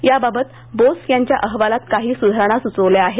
याबाबत बोस यांच्या अहवालात काही सुधारणा सुचविल्या आहेत